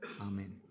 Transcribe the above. Amen